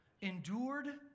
endured